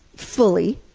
fully,